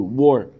war